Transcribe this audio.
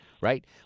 Right